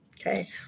Okay